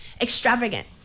extravagant